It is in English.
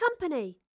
company